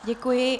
Děkuji.